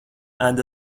and